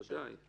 ודאי.